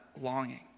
longing